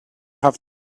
have